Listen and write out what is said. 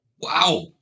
wow